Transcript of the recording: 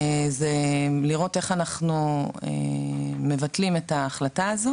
זה לראות איך אנחנו מבטלים את ההחלטה הזו